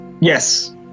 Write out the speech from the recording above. Yes